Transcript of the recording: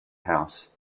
house